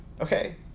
Okay